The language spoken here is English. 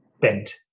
bent